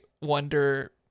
wonder